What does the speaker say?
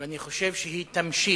ואני חושב שהיא תמשיך,